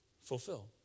fulfill